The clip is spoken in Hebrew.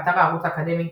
באתר "הערוץ האקדמי".